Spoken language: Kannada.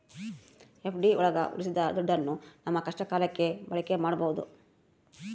ಎಫ್.ಡಿ ಒಳಗ ಉಳ್ಸಿದ ದುಡ್ಡನ್ನ ನಮ್ ಕಷ್ಟ ಕಾಲಕ್ಕೆ ಬಳಕೆ ಮಾಡ್ಬೋದು